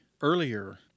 earlier